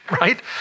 Right